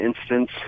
instance